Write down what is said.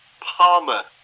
Palmer